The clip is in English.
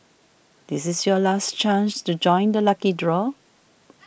this is your last chance to join the lucky draw